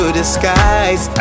disguise